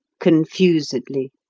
confusedly.